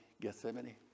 Gethsemane